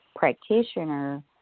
practitioner